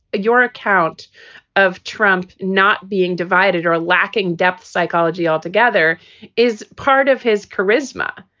your account of trump not being divided or lacking depth psychology altogether is part of his charisma,